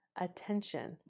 attention